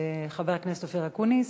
חבר הכנסת אופיר אקוניס,